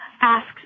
asked